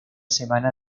semana